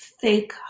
fake